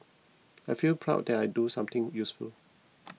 I feel proud that I do something useful